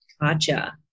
gotcha